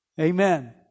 Amen